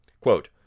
Quote